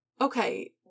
okay